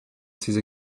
ces